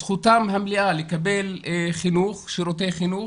זכותם המלאה לקבל שירותי חינוך,